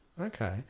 Okay